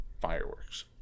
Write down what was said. Fireworks